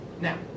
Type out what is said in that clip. Now